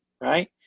right